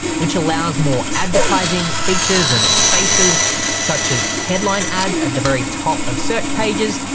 which allows more advertising features and spaces such as headline ads at the very top of search pages,